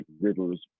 rivers